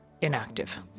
inactive